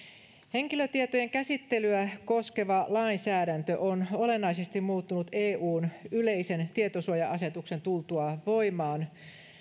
henkilötietojen käsittelyä koskeva lainsäädäntö on olennaisesti muuttunut eun yleisen tietosuoja asetuksen tultua voimaan